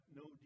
no